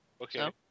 Okay